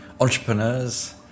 entrepreneurs